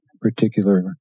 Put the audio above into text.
particular